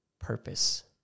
purpose